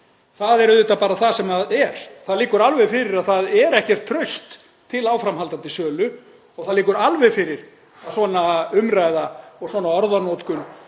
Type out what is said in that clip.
Það er auðvitað bara það sem er. Það liggur alveg fyrir að það er ekkert traust til áframhaldandi sölu og það liggur alveg fyrir að svona umræða, svona orðanotkun